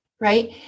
right